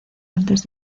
antes